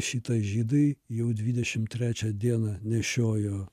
šita žydai jau dvidešimt trečią dieną nešiojo